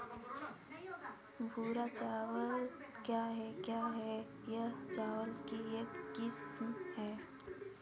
भूरा चावल क्या है? क्या यह चावल की एक किस्म है?